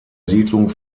siedlung